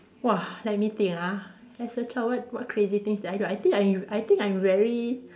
!wah! let me think ah as a child what what crazy things did I do I think I'm I think I'm very